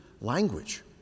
language